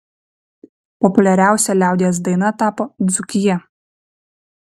populiariausia liaudies daina tapo dzūkija